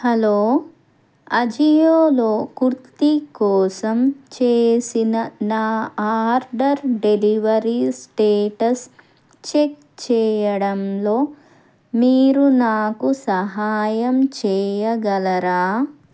hello అజియోలో కుర్తి కోసం చేసిన నా ఆర్డర్ డెలివరీ స్టేటస్ చెక్ చేయడంలో మీరు నాకు సహాయం చేయగలరా